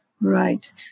Right